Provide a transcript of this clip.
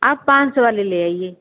आप पाँच सौ वाली ले आईये